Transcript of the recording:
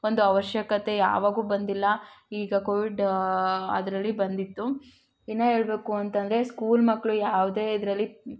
ಒಂದು ಅವಶ್ಯಕತೆ ಯಾವಾಗೂ ಬಂದಿಲ್ಲ ಈಗ ಕೋವಿಡ್ ಅದರಲ್ಲಿ ಬಂದಿತ್ತು ಇನ್ನೂ ಹೇಳಬೇಕು ಅಂತಂದರೆ ಸ್ಕೂಲ್ ಮಕ್ಕಳು ಯಾವುದೇ ಇದರಲ್ಲಿ